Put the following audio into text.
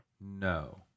No